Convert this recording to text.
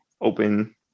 open